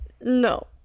no